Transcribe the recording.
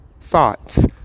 thoughts